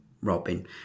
Robin